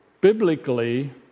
Biblically